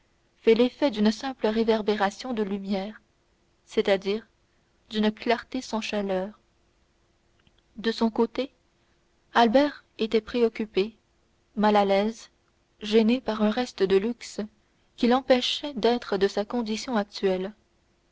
fait l'effet d'une simple réverbération de lumière c'est-à-dire d'une clarté sans chaleur de son côté albert était préoccupé mal à l'aise gêné par un reste de luxe qui l'empêchait d'être de sa condition actuelle